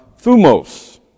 thumos